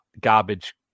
garbage